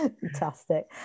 fantastic